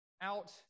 out